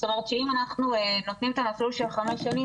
זאת אומרת אם אנחנו נותנים את המסלול של חמש שנים